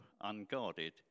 unguarded